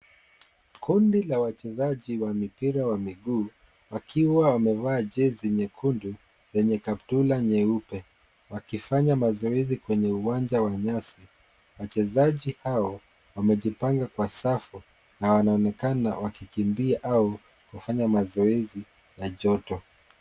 Kundi la wachezaji wa mipira wa miguu wakiwa wamevaa jezi nyekundu lenye kaptula nyeupe wakifanya mazoezi kwenye uwanja wa nyasi. Wachezaji hao wamejipanga Kwa safu na wanaonekana wakikimbia au kufanya mazoezi na joto.